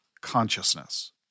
consciousness